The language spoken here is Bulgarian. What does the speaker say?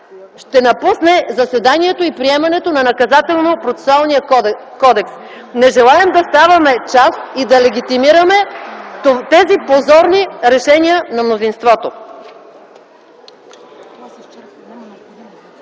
Ще напусне заседанието и приемането на Наказателно-процесуалния кодекс. Не желаем да ставаме част и да легитимираме тези позорни решения на мнозинството.